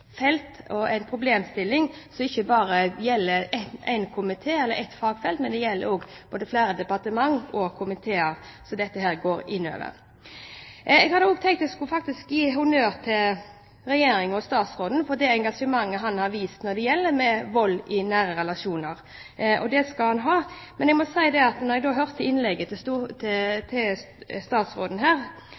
felt og en problemstilling som ikke bare gjelder én komité eller ett fagfelt, men flere departementer og komiteer. Jeg hadde også tenkt at jeg faktisk skulle gi honnør til Regjeringen og statsråden for det engasjementet han har vist når det gjelder vold i nære relasjoner – og det skal han ha. Men jeg må si at når jeg hørte innlegget til statsråden, gikk han mer til